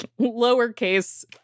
lowercase